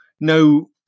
no